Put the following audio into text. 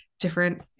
different